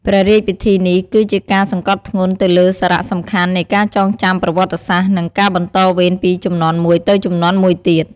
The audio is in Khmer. ព្រះរាជពិធីនេះគឺជាការសង្កត់ធ្ងន់ទៅលើសារៈសំខាន់នៃការចងចាំប្រវត្តិសាស្រ្ត និងការបន្តវេនពីជំនាន់មួយទៅជំនាន់មួយទៀត។